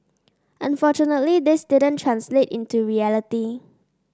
unfortunately this didn't translate into reality